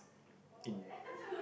in